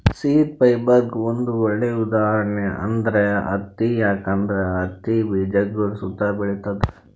seed ಫೈಬರ್ಗ್ ಒಂದ್ ಒಳ್ಳೆ ಉದಾಹರಣೆ ಅಂದ್ರ ಹತ್ತಿ ಯಾಕಂದ್ರ ಹತ್ತಿ ಬೀಜಗಳ್ ಸುತ್ತಾ ಬೆಳಿತದ್